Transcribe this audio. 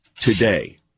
today